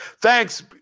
thanks